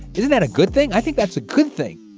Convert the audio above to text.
isn't that a good thing? i think that's a good thing